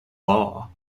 law